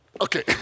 Okay